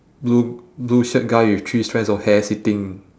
blue blue shirt guy with three strands of hair sitting